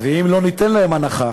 ואם לא ניתן להם הנחה